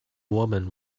woman